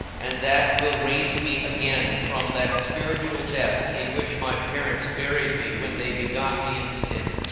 and that will raise me again from that spiritual death in which my parents buried me when they begot me in sin,